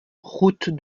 route